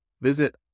Visit